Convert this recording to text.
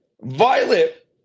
violet